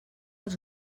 els